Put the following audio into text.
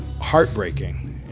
heartbreaking